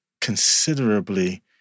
considerably